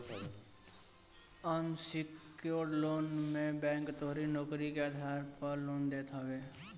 unsecured loan मे bank तोहरी नोकरी के आधार पअ लोन देत हवे